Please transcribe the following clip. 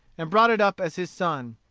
and brought it up as his son.